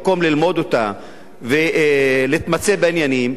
במקום ללמוד אותה ולהתמצא בעניינים,